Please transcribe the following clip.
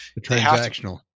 Transactional